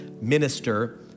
minister